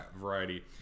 variety